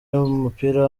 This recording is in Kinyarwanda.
yumupira